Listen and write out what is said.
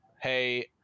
hey